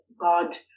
God